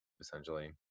essentially